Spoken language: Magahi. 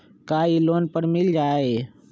का इ लोन पर मिल जाइ?